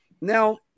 Now –